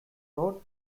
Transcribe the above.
wrote